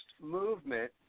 movement